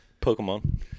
Pokemon